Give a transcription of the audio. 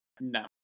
No